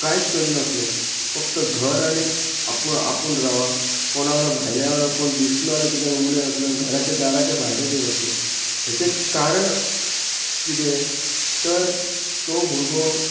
कांयच करिनासलो फक्त घर आनीक आपूण आपूण राव कोण वांगडा भायल्या वांगडा कोण दिसलो जाल्या तेच्याना उलय नासलो आनी घराच्या दाराच्या भायर येनासलो हेचें कारण कितें तर तो भुरगो